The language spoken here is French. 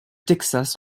texas